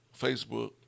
Facebook